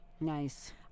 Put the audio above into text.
Nice